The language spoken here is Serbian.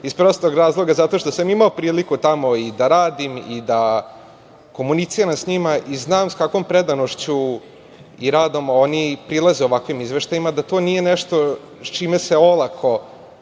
iz prostog razloga što sam imao priliku tamo i da radim i da komuniciram sa njima i znam sa kakvom predanošću i radom oni prilaze ovakvim izveštajima, da to nije nešto sa čime se olako